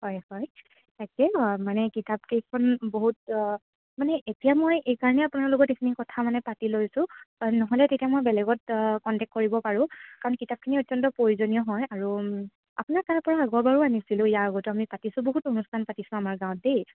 হয় হয় তাকে মানে কিতাপকেইখন বহুত মানে এতিয়া মই এইকাৰণে আপোনাৰ লগত এইখিনি কথা মানে পাতি লৈছোঁ নহ'লে তেতিয়া মই বেলেগত কণ্টেক কৰিব পাৰোঁ কাৰণ কিতাপখিনি অত্যন্ত প্ৰয়োজনীয় হয় আৰু আপোনাৰ তাৰপৰা আগৰবাৰো আনিছিলোঁ ইয়াৰ আগতেও আমি পাতিছোঁ বহুত অনুষ্ঠান পাতিছোঁ আমাৰ গাঁৱত দেই